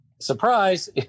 surprise